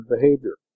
behavior